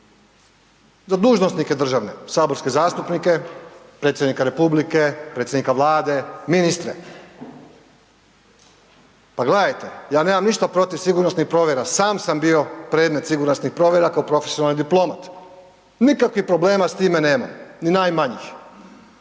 za dužnosnike državne, saborske zastupnike, predsjednika republike, predsjednika Vlade, ministre. Pa gledajte, ja nemam ništa protiv sigurnosnih provjera, sa sam bio predmet sigurnosnih provjera kao profesionalni diplomat. Nikakvih problema s time nemam ni najmanjih.